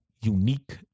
Unique